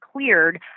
cleared